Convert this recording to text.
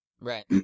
Right